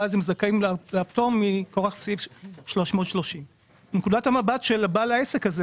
ואז הם זכאים לפטור מכורח סעיף 330. מנקודת המבט של בעל העסק הזה